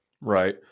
Right